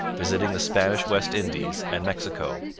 visiting the spanish west indies and mexico.